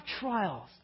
trials